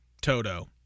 Toto